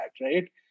right